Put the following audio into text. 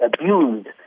abused